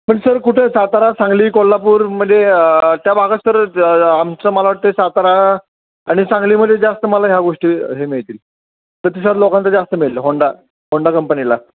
पण सर कुठं सातारा सांगली कोल्हापूरमध्ये त्या भागात सर आमचं मला वाटत आहे सातारा आणि सांगलीमध्ये जास्त मला ह्या गोष्टी हे मिळतील प्रतिसाद लोकांचा जास्त मिळेल होंडा होंडा कंपनीला